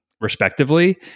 respectively